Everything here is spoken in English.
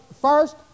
first